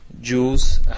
jewels